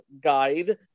guide